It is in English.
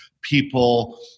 people